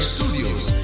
Studios